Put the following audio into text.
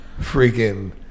freaking